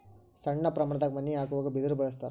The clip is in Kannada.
ಸಣ್ಣ ಪ್ರಮಾಣದಾಗ ಮನಿ ಹಾಕುವಾಗ ಬಿದರ ಬಳಸ್ತಾರ